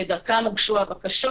דרכם הוגשו הבקשות.